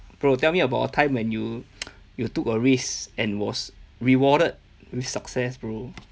bro tell me about a time when you you took a risk and was rewarded with success bro